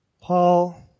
Paul